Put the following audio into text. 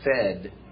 fed